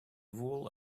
wool